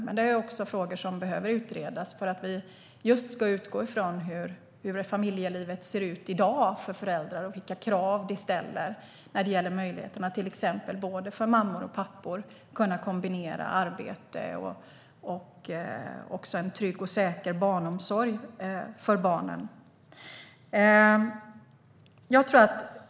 Det finns dock frågor som behöver utredas, just för att vi ska utgå från hur familjelivet ser ut för föräldrar i dag, vilka krav som ställs när det gäller möjligheterna för både mammor och pappor att arbeta och att ha trygg och säker barnomsorg för barnen.